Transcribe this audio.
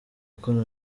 ikorana